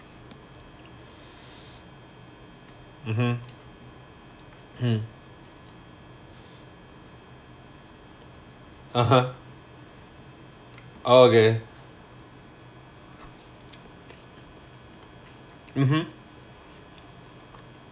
mmhmm mm (uh huh) oh okay mmhmm